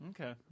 Okay